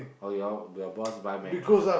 or you all your boss buy mattress